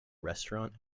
restaurant